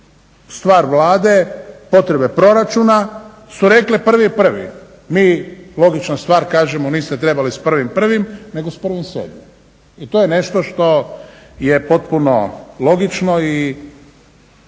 Stvar Vlade, potrebe proračuna su rekle 1.01. Mi logična stvar kažemo niste trebali s 1.01. nego s 1.07. I to je nešto što je potpuno logično i